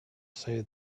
say